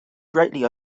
greatly